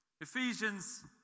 Ephesians